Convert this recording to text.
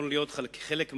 לא על ירקות ופירות,